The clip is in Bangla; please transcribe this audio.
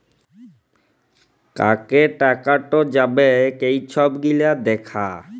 কাকে টাকাট যাবেক এই ছব গিলা দ্যাখা